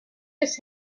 his